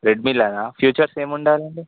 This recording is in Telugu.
రెడ్మిలోనా ఫీచర్స్ ఏమి ఉండాలి అండి